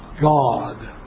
God